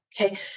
Okay